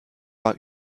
war